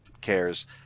cares